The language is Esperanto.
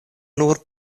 nur